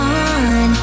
on